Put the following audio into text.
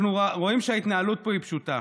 אנחנו רואים שההתנהלות פה היא פשוטה,